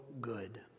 good